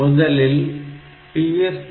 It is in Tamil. முதலில் PSW